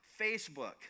Facebook